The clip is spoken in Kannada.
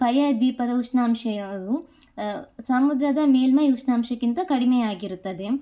ಪರ್ಯಾಯ ದ್ವೀಪದ ಉಷ್ಣಾಂಶ ಯಾವುವು ಸಮುದ್ರದ ಮೇಲ್ಮೈ ಉಷ್ಣಾಂಶಕ್ಕಿಂತ ಕಡಿಮೆಯಾಗಿರುತ್ತದೆ